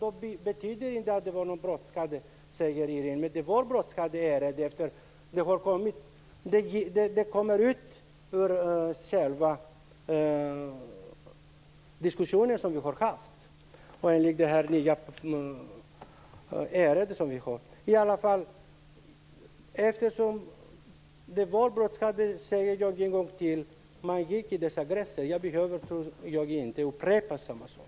Det var inte brådskande, säger Inger René. Men det var brådskande, det framgår av den diskussion som vi hade. Det var brådskande, och informationen gavs enligt reglerna. Jag skall inte behöva upprepa samma sak.